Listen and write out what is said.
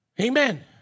Amen